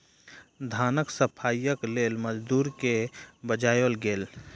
धानक सफाईक लेल मजदूर के बजाओल गेल